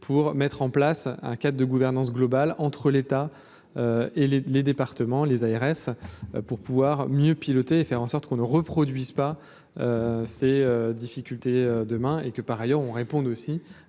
pour mettre en place un cadre de gouvernance globale entre l'État et les les départements, les ARS pour pouvoir mieux piloter et faire en sorte qu'on ne reproduise pas ces difficultés demain et que par ailleurs on réponde aussi